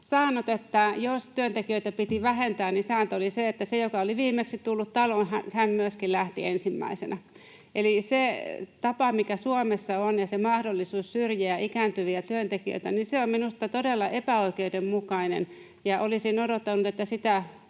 säännöt, että jos työntekijöitä piti vähentää, niin se, joka oli viimeksi tullut taloon, myöskin lähti ensimmäisenä. Eli se tapa, mikä Suomessa on, se mahdollisuus syrjiä ikääntyviä työntekijöitä, on minusta todella epäoikeudenmukainen, ja olisin odottanut, että sitä